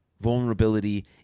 Vulnerability